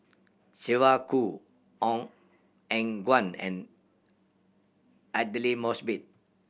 Sylvia Kho Ong Eng Guan and Aidli Mosbit